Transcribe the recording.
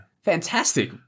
Fantastic